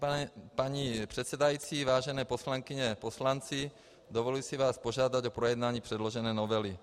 Vážená paní předsedající, vážené poslankyně, poslanci, dovoluji si vás požádat o projednání předložené novely.